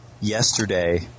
yesterday